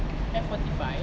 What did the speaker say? F forty five